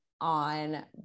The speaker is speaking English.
on